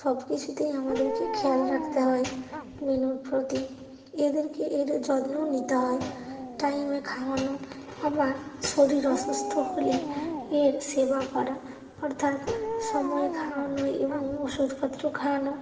সব কিছুতেই আমাদেরকে খেয়াল রাখতে হয় মিনুর প্রতি এদেরকে এর যত্নও নিতে হয় টাইমে খাওয়ানো আবার শরীর অসুস্থ হলে এর সেবা করা অর্থাৎ সময়ে খাওয়ানো এবং ওষুধপত্র খাওয়ানো